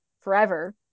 forever